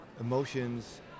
emotions